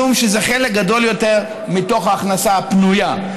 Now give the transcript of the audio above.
משום שזה חלק גדול יותר מתוך ההכנסה הפנויה.